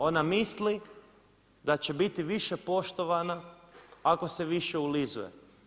Ona misli da će biti više poštovana, ako se više ulizuje.